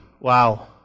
wow